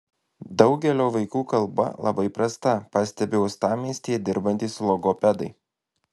daugelio vaikų kalba labai prasta pastebi uostamiestyje dirbantys logopedai